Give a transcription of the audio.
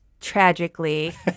tragically